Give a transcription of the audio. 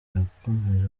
yakomeje